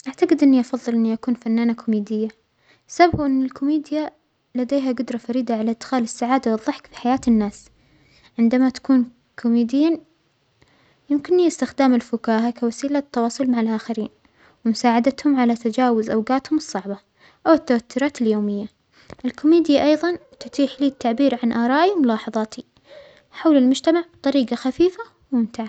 أعتجد إنى أفظل إنى أكون فنانة كوميدية، السبب هو أن الكوميديا لديها جدرة فريدة على إدخال السعادة والظحك في حياة الناس، عندنا تكون كوميديا يمكننى إستخدام الفكاهه كوسيلة تواصل مع الآخرين ومساعدتهم على تجاوز اوجاتهم الصعبة والتوترات اليومية، الكوميديا أيظا تتيح لى التعبير عن آرائى وملاحظاتى حول المجتمع بطريجة خفيفة وممتعة.